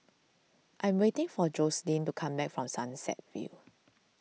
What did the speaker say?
I am waiting for Joselyn to come back from Sunset View